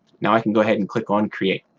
now, i can go ahead and click on create.